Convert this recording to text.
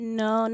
no